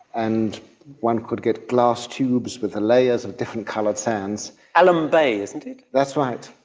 and one could get glass tubes with the layers of different coloured sands. alum bay, isn't it? that's right.